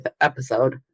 episode